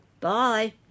Bye